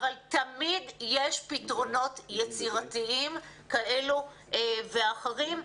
אבל תמיד יש פתרונות יצירתיים כאלו ואחרים,